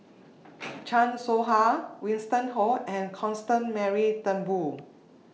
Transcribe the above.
Chan Soh Ha Winston Oh and Constance Mary Turnbull